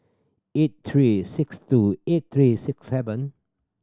eight three six two eight three six seven